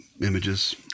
images